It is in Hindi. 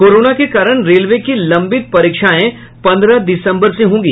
कोरोना के कारण रेलवे की लंबित परीक्षाएं पंद्रह दिसम्बर से होंगी